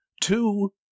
two